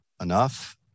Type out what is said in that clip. enough